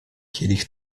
kielich